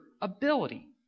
ability